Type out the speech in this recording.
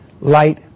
light